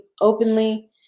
openly